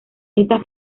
estas